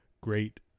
great